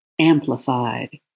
amplified